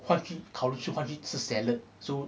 换去考虑换去去吃 salad so